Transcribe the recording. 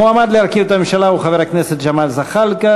המועמד להרכיב את הממשלה הוא חבר הכנסת ג'מאל זחאלקה,